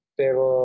pero